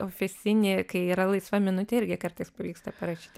ofisinį kai yra laisva minutė irgi kartais pavyksta parašyti